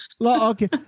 Okay